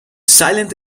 silent